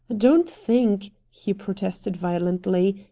don't think, he protested violently,